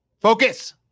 Focus